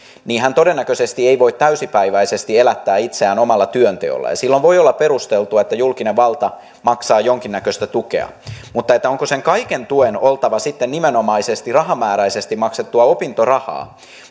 niin hän todennäköisesti ei voi täysipäiväisesti elättää itseään omalla työnteolla ja silloin voi olla perusteltua että julkinen valta maksaa jonkinnäköistä tukea mutta onko sen kaiken tuen oltava sitten nimenomaisesti rahamääräisesti maksettua opintorahaa